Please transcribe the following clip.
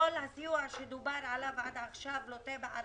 כל הסיוע שדובר עליו עד עכשיו לוט בערפל.